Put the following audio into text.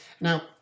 Now